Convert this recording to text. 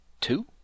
two